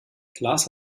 klaas